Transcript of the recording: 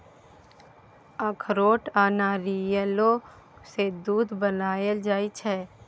अखरोट आ नारियलो सँ दूध बनाएल जाइ छै